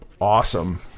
awesome